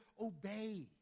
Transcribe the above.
obey